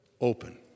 open